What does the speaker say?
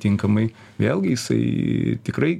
tinkamai vėlgi jisai tikrai